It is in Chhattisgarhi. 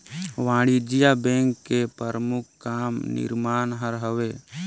वाणिज्य बेंक के परमुख काम निरमान हर हवे